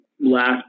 last